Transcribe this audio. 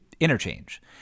Interchange